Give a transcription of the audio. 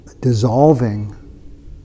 dissolving